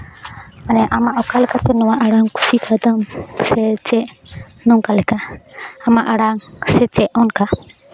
ᱢᱟᱱᱮ ᱟᱢᱟᱜ ᱚᱠᱟ ᱞᱮᱠᱟᱛᱮ ᱱᱚᱣᱟ ᱟᱲᱟᱝ ᱠᱩᱥᱤ ᱠᱟᱫᱟᱢ ᱥᱮ ᱪᱮᱫ ᱱᱚᱝᱠᱟ ᱞᱮᱠᱟ ᱟᱢᱟᱜ ᱟᱲᱟᱝ ᱥᱮ ᱪᱮᱫ ᱚᱱᱠᱟ